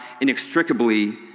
inextricably